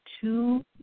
Two